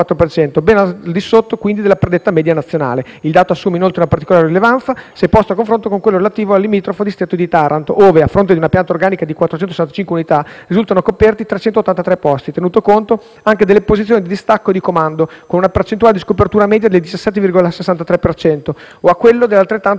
rilevanza, se posto a confronto con quello relativo al limitrofo distretto di Taranto, ove, a fronte di una pianta organica di 465 unità, risultano coperti 383 posti, tenuto conto anche delle posizioni di distacco e comando, con una percentuale di scopertura media del 17,63 per cento o a quello dell'altrettanto contiguo distretto di Bari, ove, rispetto ad una pianta organica di 1.520 unità, risultano coperti 1.312 posti,